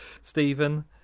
Stephen